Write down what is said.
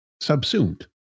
subsumed